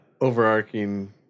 overarching